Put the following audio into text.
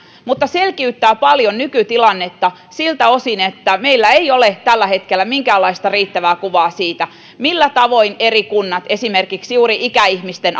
mutta selkiyttää paljon nykytilannetta siltä osin että meillä ei ole tällä hetkellä minkäänlaista riittävää kuvaa siitä millä tavoin eri kunnat esimerkiksi juuri ikäihmisten